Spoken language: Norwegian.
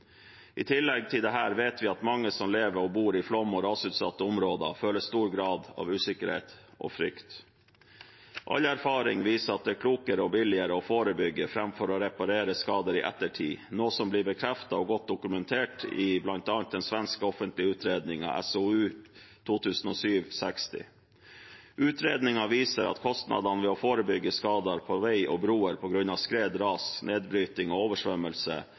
I tillegg vet vi at mange som lever og bor i flom- og rasutsatte områder, føler en stor grad av usikkerhet og frykt. All erfaring viser at det er klokere og billigere å forebygge framfor å reparere skader i ettertid, noe som blir bekreftet og godt dokumentert i bl.a. den svenske offentlige utredningen SOU 2007:60. Utredningen viser at kostnadene ved å forebygge skader på veier og broer på grunn av skred, ras, nedbrytning og oversvømmelse